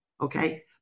Okay